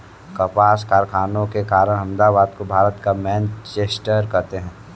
कपास कारखानों के कारण अहमदाबाद को भारत का मैनचेस्टर कहते हैं